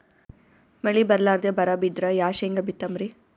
ಮಳಿ ಬರ್ಲಾದೆ ಬರಾ ಬಿದ್ರ ಯಾ ಶೇಂಗಾ ಬಿತ್ತಮ್ರೀ?